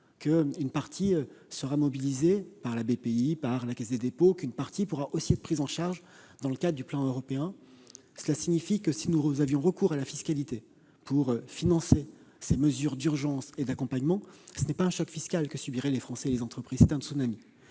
qu'une partie sera mobilisée par Bpifrance et la Caisse des dépôts et qu'une partie pourra aussi être prise en charge dans le cadre du plan européen. Cela signifie que, si nous avions recours à la fiscalité pour financer ces mesures d'urgence et d'accompagnement, ce n'est pas un choc, mais un tsunami fiscal que subiraient les Français et les entreprises ! Si je suis